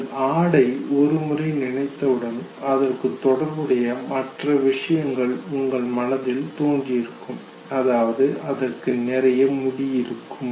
நீங்கள் ஆட்டை ஒருமுறை நினைத்தவுடன் அதற்கு தொடர்புடைய மற்ற விஷயங்கள் உங்கள் மனதில் தோன்றியிருக்கும் அதாவது அதற்கு நிறைய முடி இருக்கும்